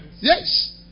Yes